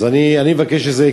אז אני מבקש שזה יהיה,